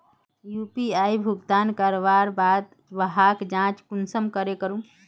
UPI भुगतान करवार बाद वहार जाँच कुंसम करे करूम?